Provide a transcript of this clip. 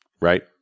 right